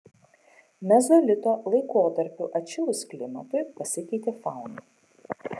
mezolito laikotarpiu atšilus klimatui pasikeitė fauna